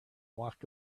walked